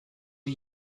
are